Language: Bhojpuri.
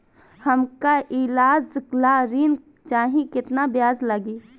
हमका ईलाज ला ऋण चाही केतना ब्याज लागी?